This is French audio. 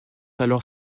alors